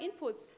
inputs